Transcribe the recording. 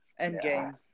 Endgame